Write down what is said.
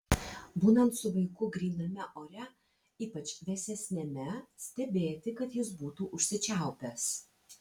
būnant su vaiku gryname ore ypač vėsesniame stebėti kad jis būtų užsičiaupęs